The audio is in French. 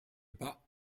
pas